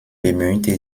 bemühte